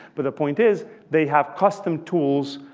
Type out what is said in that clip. but the point is they have custom tools.